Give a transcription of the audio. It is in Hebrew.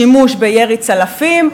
שימוש בירי צלפים,